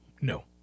No